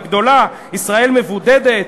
הגדולה: ישראל מבודדת,